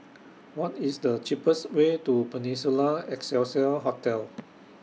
What IS The cheapest Way to Peninsula Excelsior Hotel